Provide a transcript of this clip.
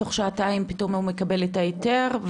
שתוך שעתיים הוא מקבל את ההיתר,